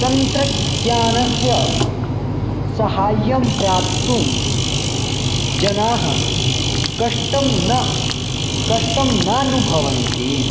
तन्त्रज्ञानस्य सहाय्यं प्राप्तुं जनाः कष्टं न कष्टं नानुभवन्ति